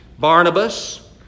Barnabas